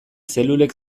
zelulek